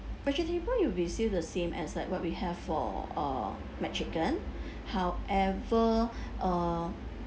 vegetable you'll receive the same as like what we have for uh mac chicken however uh